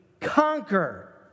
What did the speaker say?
conquer